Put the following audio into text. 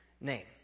name